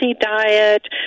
diet